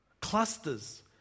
clusters